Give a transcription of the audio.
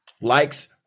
likes